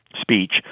speech